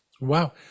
Wow